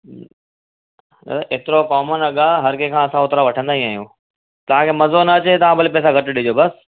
हेतिरो कोमन अघु हर कंहिं खां असां होतिरा वठंदा ई आहियूं तव्हांखे मज़ो न अचे था भले पैसा घटि ॾिजो बसि